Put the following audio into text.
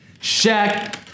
Shaq